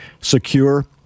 secure